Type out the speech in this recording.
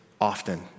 often